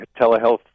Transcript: telehealth